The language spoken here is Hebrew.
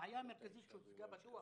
הבעיה המרכזית שהוצגה בדוח,